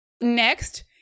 Next